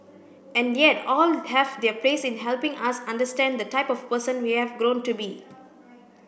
and yet all have their place in helping us understand the type of person we have grown to be